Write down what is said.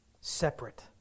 separate